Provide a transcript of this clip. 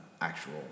actual